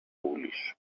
foolish